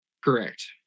Correct